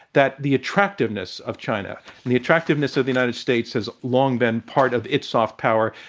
that the attractiveness of china and the attractiveness of the united states has long been part of its soft power,